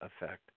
effect